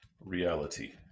reality